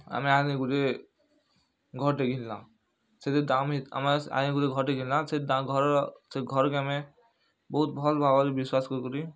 ଆମେ ଇହାନି ଗୁଟେ ଘର୍ଟେ ଘିନ୍ଲା ସେଥିର୍ ଦାମ୍ ହେଇ ଆମେ ଆଜ୍ଞା ଗୁଟେ ଘର୍ଟେ ଘିନ୍ଲା ସେଥି ଘରର୍ ସେ ଘର୍ କେ ଆମେ ବହୁତ୍ ଭଲ୍ ଭାବରେ ବିଶ୍ୱାସ୍ କରିକରି